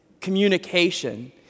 communication